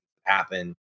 happen